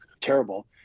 terrible